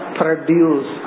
produce